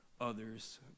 others